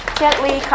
gently